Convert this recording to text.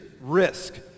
Risk